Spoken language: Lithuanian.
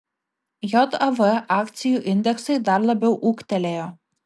jav akcijų indeksai dar labiau ūgtelėjo